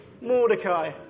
Mordecai